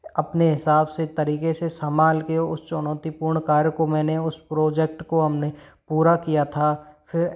अपने हिसाब से तरीके से संभाल के उस चुनौतीपूर्ण कार्य को मैंने उस प्रोजेक्ट को हमने पूरा किया था फिर